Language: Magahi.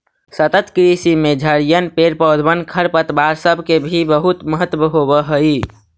सतत कृषि में झड़िअन, पेड़ पौधबन, खरपतवार सब के भी बहुत महत्व होब हई